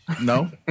No